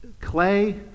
clay